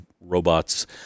robots